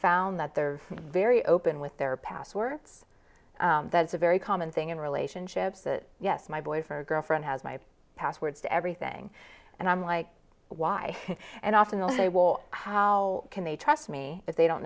found that they're very open with their passwords that's a very common thing in relationships that yes my boyfriend girlfriend has my passwords to everything and i'm like why and off in the wall how can they trust me if they don't